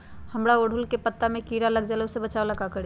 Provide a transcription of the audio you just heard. हमरा ओरहुल के पत्ता में किरा लग जाला वो से बचाबे ला का करी?